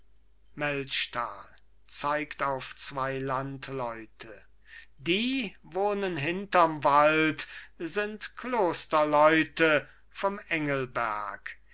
melchtal zeigt auf seine landleute die wohnen hinterm wald sind klosterleute vom